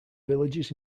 villages